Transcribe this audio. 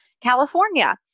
California